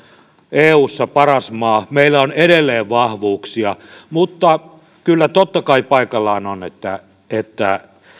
eussa paras maa meillä on edelleen vahvuuksia mutta kyllä totta kai paikallaan on että